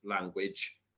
language